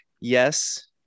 yes